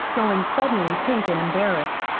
growing suddenly pink and embarrassed.